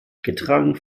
getragen